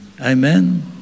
Amen